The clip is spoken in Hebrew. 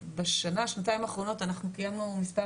בשנה-שנתיים האחרונות אנחנו קיימנו מספר